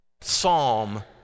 Psalm